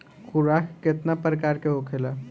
खुराक केतना प्रकार के होखेला?